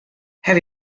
have